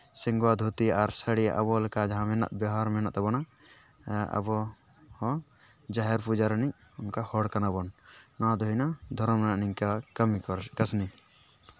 ᱥᱚᱝᱜᱚ ᱫᱷᱩᱛᱤ ᱟᱨ ᱥᱟᱹᱲᱤ ᱟᱵᱚ ᱞᱮᱠᱟ ᱡᱟᱦᱟᱸ ᱢᱮᱱᱟᱜ ᱵᱮᱣᱦᱟᱨ ᱢᱮᱱᱟᱜ ᱛᱟᱵᱚᱱᱟ ᱟᱵᱚ ᱦᱚᱸ ᱡᱟᱦᱮᱨ ᱯᱩᱡᱟᱹ ᱨᱤᱱᱤᱡ ᱚᱱᱠᱟ ᱦᱚᱲ ᱠᱟᱱᱟᱵᱚᱱ ᱱᱚᱣᱟᱫᱚ ᱦᱩᱭᱱᱟ ᱫᱷᱚᱨᱚᱢ ᱨᱮᱱᱟᱜ ᱱᱤᱝᱠᱟᱹ ᱠᱟᱹᱢᱤ ᱠᱚ ᱠᱟᱹᱥᱱᱤ